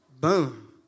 Boom